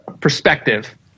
perspective